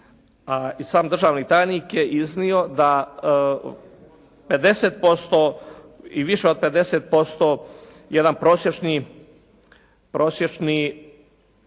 sam državni tajnik je iznio da 50% i više od 50% jedan prosječni